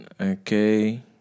Okay